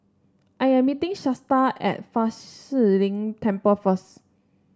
I am meeting Shasta at Fa Shi Lin Temple first